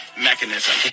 mechanism